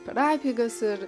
per apeigas ir